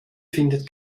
findet